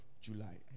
July